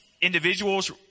individuals